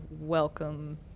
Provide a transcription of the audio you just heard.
welcome